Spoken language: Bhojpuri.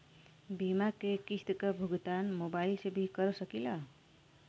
बीमा के किस्त क भुगतान मोबाइल से भी कर सकी ला?